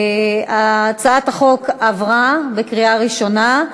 הצעת החוק עברה בקריאה ראשונה,